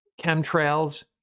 chemtrails